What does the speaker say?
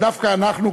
אבל דווקא אנחנו,